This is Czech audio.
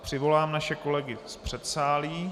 Přivolám naše kolegy z předsálí.